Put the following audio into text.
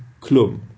Klum